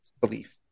belief